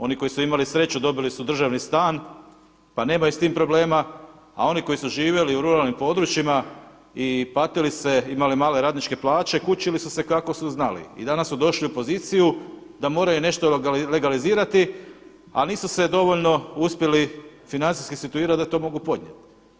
Oni koji su imali sreću dobili su državni stan pa nemaju s tim problema, a oni koji su živjeli u ruralnim područjima i patili se i imali male radničke plaće kučili su se kako su znali i danas su došli u poziciju da moraju nešto legalizirati a nisu se dovoljno uspjeli financijski situirati da to mogu podnijeti.